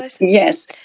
Yes